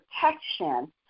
protection